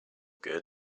good